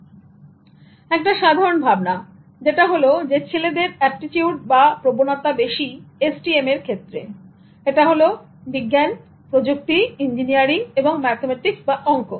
এককটা সাধারন ভাবনা যেটা হলো যে ছেলেদের অ্যাপ্টিটিউড বা প্রবণতা বেশি STEM এর ক্ষেত্রে এটা হোল বিজ্ঞান প্রযুক্তি ইঞ্জিনিয়ারিং এবং ম্যাথমেটিক্স বা অংক